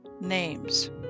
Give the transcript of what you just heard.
Names